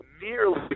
nearly